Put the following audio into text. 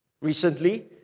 Recently